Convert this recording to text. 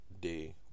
Day